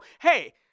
hey